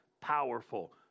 powerful